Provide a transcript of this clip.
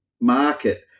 market